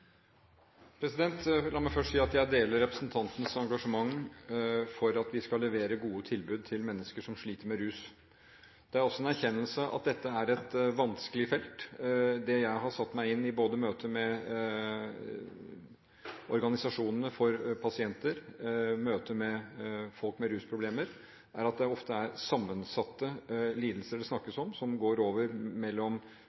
La meg først si at jeg deler representantens engasjement for at vi skal levere gode tilbud til mennesker som sliter med rus. Det er også en erkjennelse av at dette er et vanskelig felt. Det jeg har satt meg inn i – både i møte med organisasjonene for pasienter og i møte med folk med rusproblemer – er at det ofte er snakk om sammensatte lidelser. Det